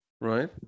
right